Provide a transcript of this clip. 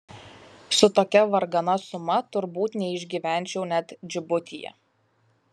su tokia vargana suma turbūt neišgyvenčiau net džibutyje